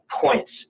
points